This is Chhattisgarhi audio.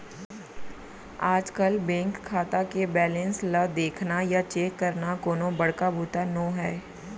आजकल बेंक खाता के बेलेंस ल देखना या चेक करना कोनो बड़का बूता नो हैय